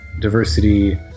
diversity